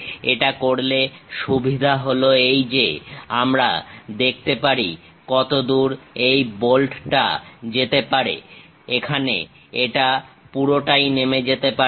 এটা করলে সুবিধা হলো এই যে আমরা দেখতে পারি কতদূর এই বোল্টটা যেতে পারে এখানে এটা পুরোটাই নেমে যেতে পারে